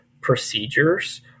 procedures